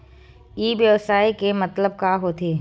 ई व्यवसाय के मतलब का होथे?